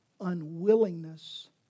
unwillingness